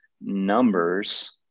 numbers